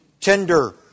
tender